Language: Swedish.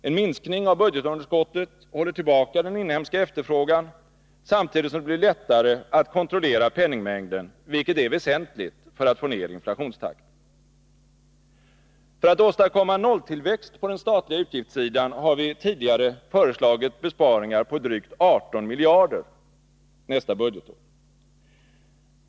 En minskning av budgetunderskottet håller tillbaka den inhemska efterfrågan, samtidigt som det blir lättare att kontrollera penningmängden, vilket är väsentligt för att få ned inflationstakten. För att åstadkomma nolltillväxt på den statliga utgiftssidan har vi tidigare föreslagit besparingar på drygt 18 miljarder för nästa budgetår.